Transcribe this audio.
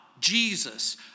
Jesus